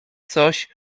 coś